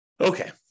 Okay